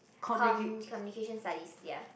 comm~ communication studies ya